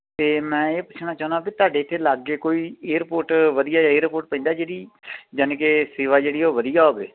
ਅਤੇ ਮੈਂ ਇਹ ਪੁੱਛਣਾ ਚਾਹੁੰਦਾ ਵੀ ਤੁਹਾਡੇ ਇੱਥੇ ਲਾਗੇ ਕੋਈ ਏਅਰਪੋਰਟ ਵਧੀਆ ਏਅਰਪੋਰਟ ਪੈਂਦਾ ਜਿਹਦੀ ਯਾਨੀ ਕਿ ਸੇਵਾ ਜਿਹੜੀ ਆ ਉਹ ਵਧੀਆ ਹੋਵੇ